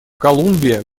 колумбия